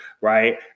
right